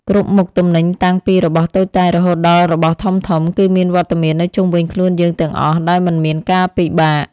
គ្រប់មុខទំនិញតាំងពីរបស់តូចតាចរហូតដល់របស់ធំៗ គឺមានវត្តមាននៅជុំវិញខ្លួនយើងទាំងអស់ដោយមិនមានការពិបាក។